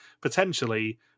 potentially